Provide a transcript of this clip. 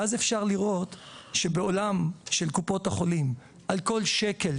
ואז אפשר לראות שבעולם של קופות החולים על כל שקל,